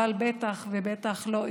אבל בטח ובטח לא איכונים.